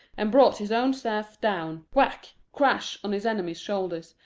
and brought his own staff down whack, crash, on his enemy's shoulders,